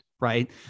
right